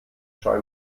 scheu